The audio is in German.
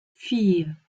vier